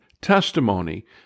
testimony